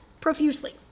profusely